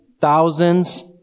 thousands